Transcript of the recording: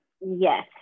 Yes